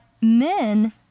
men